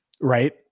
right